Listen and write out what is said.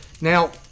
Now